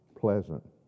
pleasant